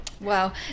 Wow